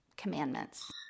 commandments